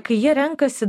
kai jie renkasi